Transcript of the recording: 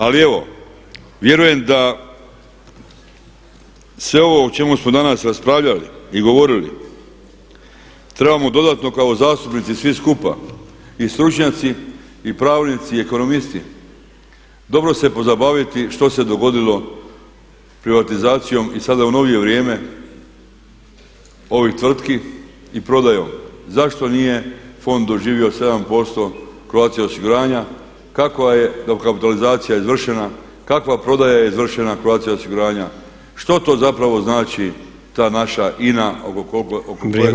Ali evo vjerujem da sve ovo o čemu smo danas raspravljali i govorili trebamo dodatno kao zastupnici svi skupa i stručnjaci, i pravnici, i ekonomisti dobro se pozabaviti što se je dogodilo privatizacijom i sada u novije vrijeme ovih tvrtki i prodajom, zašto nije fond doživio 7% Croatia osiguranja, kakva je dokapitalizacija izvršena, kakva prodaja je izvršena Croatia osiguranja, što to zapravo znači ta naša INA oko koje smo toliko vremena izgubili?